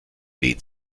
lehnt